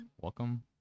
Welcome